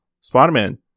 Spider-Man